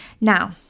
Now